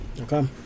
Okay